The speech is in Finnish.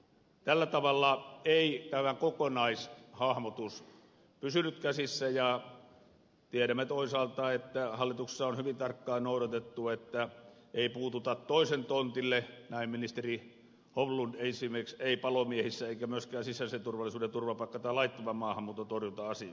tällä tavalla ei tämä kokonaishahmotus pysynyt käsissä ja tiedämme toisaalta että hallituksessa on hyvin tarkkaan noudatettu sitä että ei puututa toisen tontille näin ministeri holmlund ei ole puuttunut esimerkiksi palomiehiä koskeviin eikä myöskään sisäisen turvallisuuden turvapaikka tai laittoman maahanmuuton torjunta asioihin